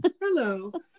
Hello